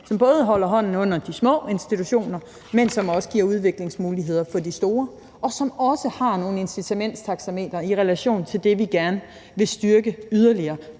som både holder hånden under de små institutioner, men også giver udviklingsmuligheder for de store, og som også har noget incitamentstaxameter i relation til det, vi gerne vil styrke yderligere,